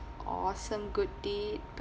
awesome good deed but